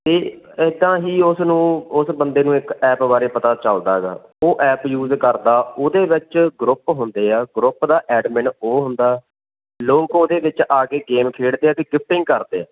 ਅਤੇ ਇੱਦਾਂ ਹੀ ਉਸ ਨੂੰ ਉਸ ਬੰਦੇ ਨੂੰ ਇੱਕ ਐਪ ਬਾਰੇ ਪਤਾ ਚੱਲਦਾ ਹੈਗਾ ਉਹ ਐਪ ਯੂਜ ਕਰਦਾ ਉਹਦੇ ਵਿੱਚ ਗਰੁੱਪ ਹੁੰਦੇ ਆ ਗਰੁੱਪ ਦਾ ਐਡਮਿਨ ਉਹ ਹੁੰਦਾ ਲੋਕ ਉਹਦੇ ਵਿੱਚ ਆ ਕੇ ਗੇਮ ਖੇਡਦੇ ਆ ਅਤੇ ਗਿਫਟਿੰਗ ਕਰਦੇ ਆ